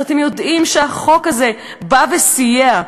אז אתם יודעים שהחוק הזה בא וסייע.